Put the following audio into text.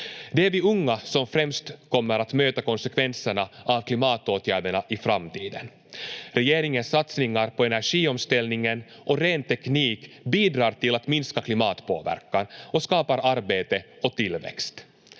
Det är vi unga som främst kommer att möta konsekvenserna av klimatåtgärderna i framtiden. Regeringens satsningar på energiomställningen och ren teknik bidrar till att minska klimatpåverkan och skapar arbete och tillväxt.